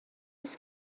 نیست